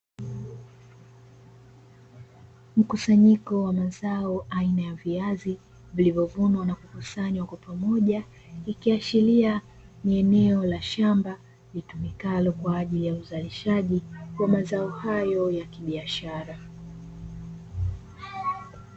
Mkusanyiko wa mazao aina ya viazi, vilivyovunwa na kukusanywa kwa pamoja, ikiashiria ni eneo la shamba litumikalo kwa ajili ya uzalishaji wa mazao hayo ya kibiashara.